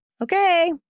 Okay